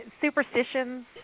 Superstitions